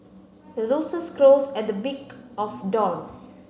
the roosters crows at the of dawn